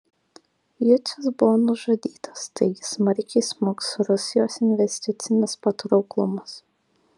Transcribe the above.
jucius buvo nužudytas taigi smarkiai smuks rusijos investicinis patrauklumas